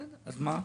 אז מה?